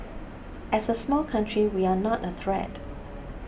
as a small country we are not a threat